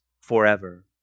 forever